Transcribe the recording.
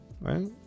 right